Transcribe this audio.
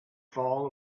fall